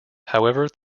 however